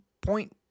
point